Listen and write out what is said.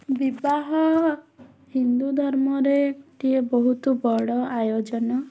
ବିବାହ ହିନ୍ଦୁ ଧର୍ମରେ ଗୋଟିଏ ବହୁତ ବଡ଼ ଆୟୋଜନ